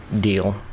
deal